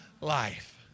life